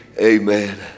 Amen